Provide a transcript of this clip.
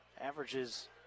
averages